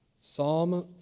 Psalm